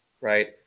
right